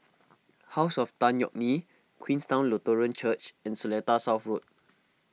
House of Tan Yeok Nee Queenstown Lutheran Church and Seletar South Road